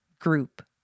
group